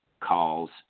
calls